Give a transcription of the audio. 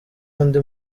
undi